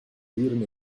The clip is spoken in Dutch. dieren